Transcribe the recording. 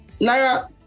Naira